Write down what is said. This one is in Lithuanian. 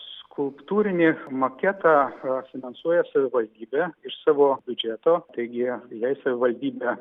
skulptūrinį maketą finansuoja savivaldybė iš savo biudžeto taigi jei savivaldybė